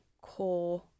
core